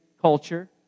culture